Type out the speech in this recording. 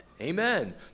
Amen